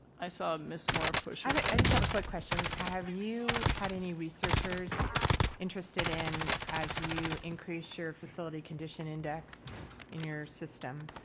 i saw ms. moore i mean i just have a quick question. have you had any researchers interested in as you increase your facility condition index in your system?